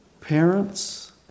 parents